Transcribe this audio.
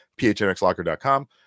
phnxlocker.com